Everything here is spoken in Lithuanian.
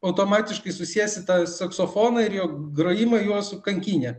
automatiškai susiesit tą saksofoną ir jo grojimą juo su kankyne